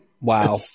Wow